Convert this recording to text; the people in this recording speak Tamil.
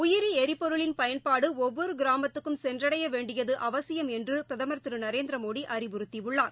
உயிரிளிபொருளின் பயன்பாடுஒவ்வொருகிராமத்துக்கும் சென்றடையவேண்டியதுஅவசியம் என்றுபிரதமர் திருநரேந்திரமோடிஅறிவுறுத்தியுள்ளார்